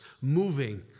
moving